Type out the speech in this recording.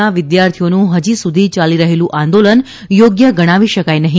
ના વિદ્યાર્થીઓનું ફજી સુધી યાલી રહેલું આંદોલન યોગ્ય ગણાવી શકાય નહી